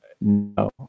no